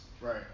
Right